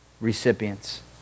recipients